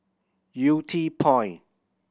Yew Tee Point